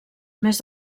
més